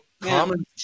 common